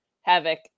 Havoc